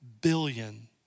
billion